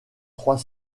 trois